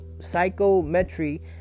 psychometry